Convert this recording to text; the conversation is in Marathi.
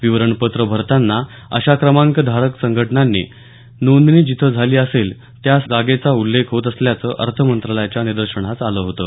विवरणपत्र भरताना अशा क्रमांकधारक संघटनांची नोंदणी जिथं झाली असेल त्या जागेचा उल्लेख होत असल्याचं अर्थमंत्रालयाच्या निदर्शनास आलं होतं